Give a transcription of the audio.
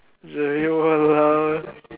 !walao!